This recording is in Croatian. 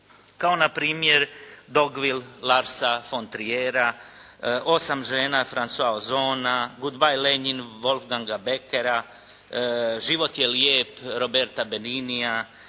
kao na primjer "Dogvil" Larsa Frontierea, "Osam žena" Francoisa Ozona, "Good bye Lenjin" Wolfganga Beckera, "Život je lijep" Roberta Benignija,